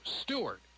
Stewart